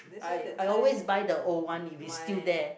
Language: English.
I I always buy the old one if it's still there